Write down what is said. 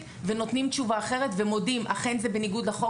ונותנים תשובה אחרת ומודים- אכן זה בניגוד לחוק.